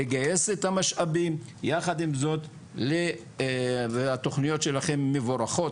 לגייס את המשאבים יחד עם זאת והתכניות שלכם מבורכות,